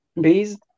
based